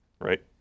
right